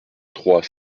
trois